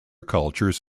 cultures